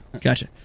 Gotcha